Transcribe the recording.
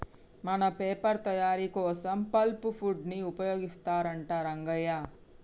మన పేపర్ తయారీ కోసం పల్ప్ వుడ్ ని ఉపయోగిస్తారంట రంగయ్య